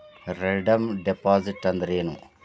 Redeem deposit ಅಂದ್ರೇನ್?